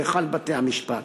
להיכל בתי-המשפט.